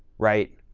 right?